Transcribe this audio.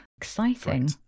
Exciting